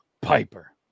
Piper